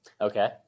Okay